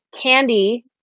candy